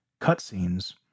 cutscenes